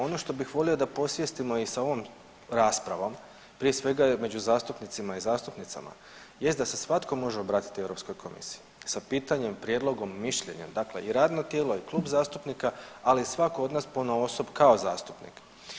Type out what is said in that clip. Ono što bih volio da posvijestimo i sa ovom raspravom prije svega je među zastupnicima i zastupnicama jest da se svatko može obratiti Europskoj komisiji sa pitanjem, prijedlogom, mišljenjem dakle i radna tijela i klub zastupnika, ali i svako od nas ponaosob kao zastupnika.